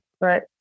Right